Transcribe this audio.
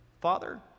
Father